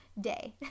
Day